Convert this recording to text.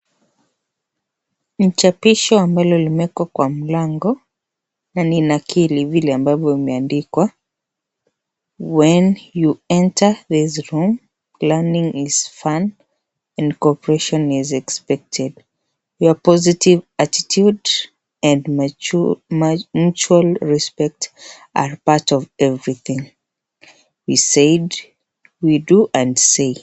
Ni chapisho ambalo limeekwa kwa mlango na ninakiri vile ambavyo limeandikwa (cs) when you enter this room learning is fun and cooperation is expected your positive attitude and mutual respect are part of everything we said we do and say (cs).